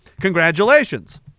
Congratulations